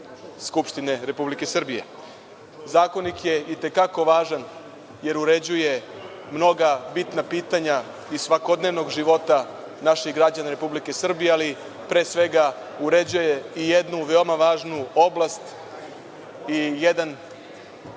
Skupštine Republike Srbije. Zakonik je i te kako važan, jer uređuje mnoga bitna pitanja iz svakodnevnog života naših građana Republike Srbije, ali pre svega uređuje i jednu veoma važnu oblast i jedan